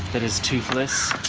that is toothless.